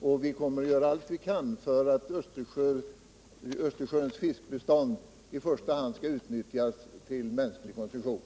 och vi kommer att göra allt för att Östersjöns fiskbestånd i första hand skall utnyttjas för mänsklig konsumtion.